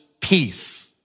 peace